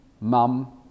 mum